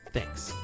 Thanks